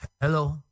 Hello